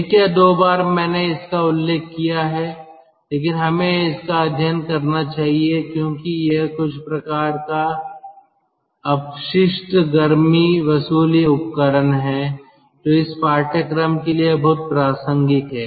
एक या दो बार मैंने इसका उल्लेख किया है लेकिन हमें इसका अध्ययन करना चाहिए क्योंकि यह कुछ प्रकार का अपशिष्ट गर्मी वसूली उपकरण है जो इस पाठ्यक्रम के लिए बहुत प्रासंगिक है